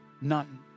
none